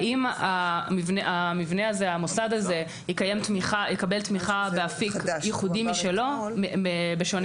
האם המוסד הזה יקבל תמיכה באפיק ייחודי משלו בשונה